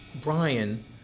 Brian